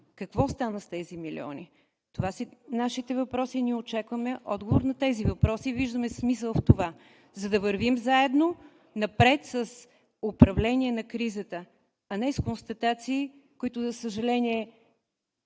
какво стана с тези милиони? Това са нашите въпроси и ние очакваме отговор на тези въпроси. Виждаме смисъл в това, за да вървим заедно напред с управление на кризата, а не с констатации, които, за съжаление,